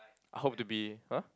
I hope to be !huh!